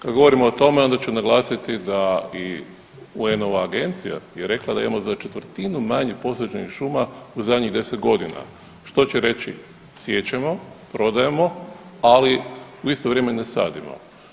Kada govorimo o tome onda ću naglasiti i da UN-ova agencija je rekla da imamo za 1/4 manje posađenih šuma u zadnjih 10 godina što će reći siječemo, prodajemo, ali u isto vrijeme ne sadimo.